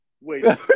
Wait